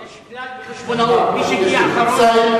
יש כלל בחשבונאות: מי שהגיע אחרון עוזב ראשון.